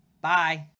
Bye